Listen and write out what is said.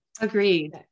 Agreed